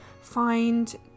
find